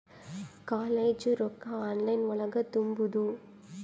College ರೊಕ್ಕ online ಒಳಗ ತುಂಬುದು?